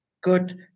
good